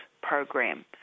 program